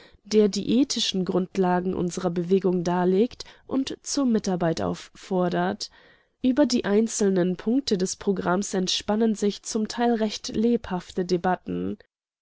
der die ethischen grundlagen unserer bewegung darlegt und zur mitarbeit auffordert über die einzelnen punkte des programms entspannen sich zum teil recht lebhafte debatten